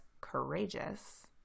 courageous